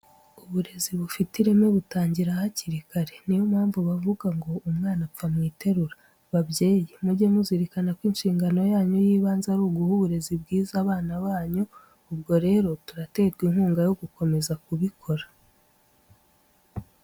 Uburezi bufite ireme butangira hakiri kare. Ni yo mpamvu bavuga ngo: "Umwana apfa mu iterura." Babyeyi, mujye muzirikana ko inshingano yanyu y'ibanze ari uguha uburezi bwiza abana banyu. Ubwo rero turaterwa inkunga yo gukomeza kubikora.